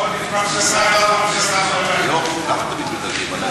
אולי חבר הכנסת אילן גילאון גרם לעודף מחשבה אצל ראש הממשלה.